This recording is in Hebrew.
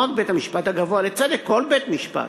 לא רק בית-המשפט הגבוה לצדק, כל בית-משפט,